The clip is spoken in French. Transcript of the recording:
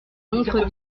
montre